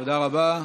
תודה רבה.